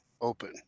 Open